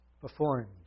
Performed